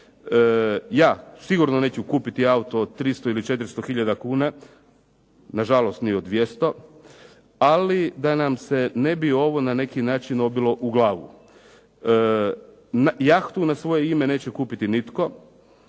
ja sigurno neću kupiti auto od 300 ili 400 hiljada kuna, nažalost ni od 200 ali da nam se ne bi ovo na neki način obilo u glavu. Jahtu na svoje ime neće kupiti nitko.